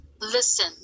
listen